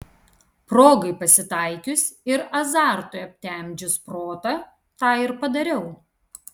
progai pasitaikius ir azartui aptemdžius protą tą ir padariau